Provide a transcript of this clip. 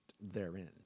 therein